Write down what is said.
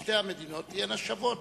ששתי המדינות תהיינה שוות